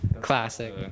Classic